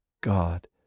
God